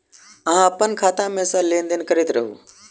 अहाँ अप्पन खाता मे सँ लेन देन करैत रहू?